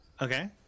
Okay